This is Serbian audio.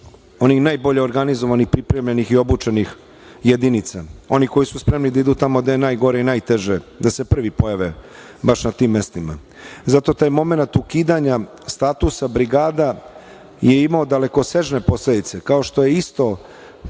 onih najbolje organizovanih i pripremljenih i obučenih jedinica, onih koji su spremni da idu tamo gde je najgore i najteže, da se prvi pojave baš na tim mestima. Zato taj momenat ukidanja statusa brigada je imao dalekosežne posledice. Kao što je isto